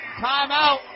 timeout